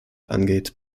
angeht